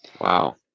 Wow